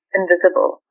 invisible